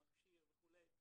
עם מכשיר וכו'.